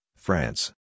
France